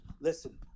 listen